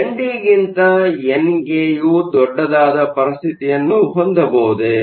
ND ಗಿಂತ NAU ದೊಡ್ಡದಾದ ಪರಿಸ್ಥಿತಿಯನ್ನು ಹೊಂದಬಹುದೇ